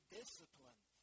discipline